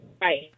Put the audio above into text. Right